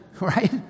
right